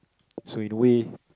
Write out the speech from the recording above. so in a way